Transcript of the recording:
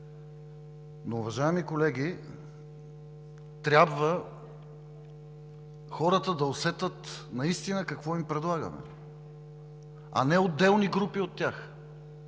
Уважаеми колеги, трябва хората да усетят наистина какво им предлагаме, а не отделни групи от тях.